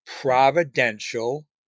providential